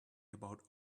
about